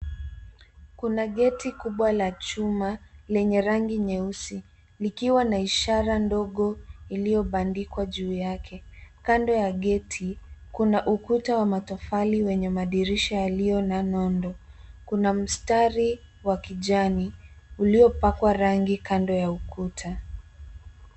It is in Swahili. Kuna geti kubwa la chuma lenye rangi nyeusi likiwa na ishara ndogo iliyobandikwa juu yake, kando ya geti kuna ukuta wa matofali wenye madirisha yaliyo na nondo kuna mstari wa kijani uliopakwa rangi kando ya ukuta.